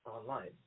online